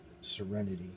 serenity